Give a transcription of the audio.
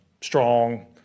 strong